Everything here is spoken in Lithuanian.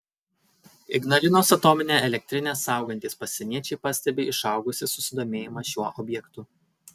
ignalinos atominę elektrinę saugantys pasieniečiai pastebi išaugusį susidomėjimą šiuo objektu